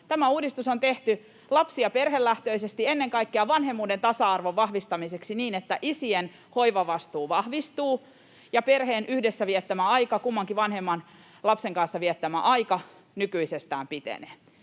Tämä uudistus on tehty lapsi- ja perhelähtöisesti, ennen kaikkea vanhemmuuden tasa-arvon vahvistamiseksi, niin että isien hoivavastuu vahvistuu ja perheen yhdessä viettämä aika, kummankin vanhemman lapsen kanssa viettämä aika, nykyisestään pitenee.